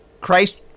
Christ